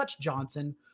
Johnson